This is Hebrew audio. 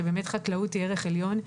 שבאמת חקלאות היא ערך עליון,